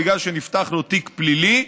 בגלל שנפתח לו תיק פלילי,